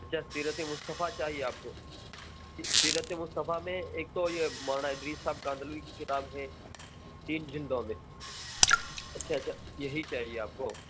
اچھا سیرت مصطفیٰ چاہیے آپ کو سیرت مصطفیٰ میں ایک تو یہ مولانا ادریس صاحب کاندھلوی کی کتاب ہے تین جلدوں میں اچھا اچھا یہی چاہیے آپ کو